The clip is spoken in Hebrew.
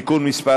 (תיקון מס'